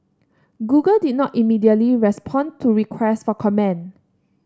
Google did not immediately respond to request for comment